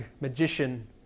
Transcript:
magician